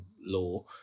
law